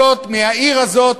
הזאת מהעיר הזאת,